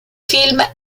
film